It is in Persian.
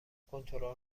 کنترل